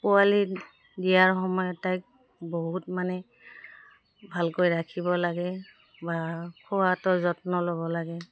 পোৱালি দিয়াৰ সময় তাইক বহুত মানে ভালকৈ ৰাখিব লাগে বা খোৱাটোৰ যত্ন ল'ব লাগে